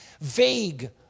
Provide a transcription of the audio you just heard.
vague